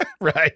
Right